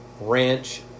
Ranch